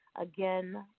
again